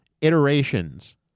iterations